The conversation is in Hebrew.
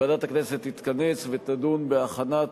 ועדת הכנסת תתכנס ותדון בהכנת